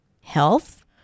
health